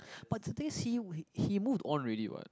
but the thing is see he move on already what